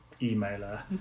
emailer